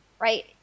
right